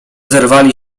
zerwali